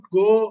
go